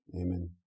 Amen